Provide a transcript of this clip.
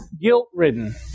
guilt-ridden